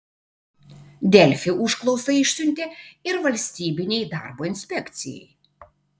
delfi užklausą išsiuntė ir valstybinei darbo inspekcijai